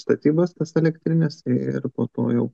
statybas tas elektrines ir po to jau